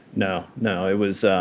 no no, it was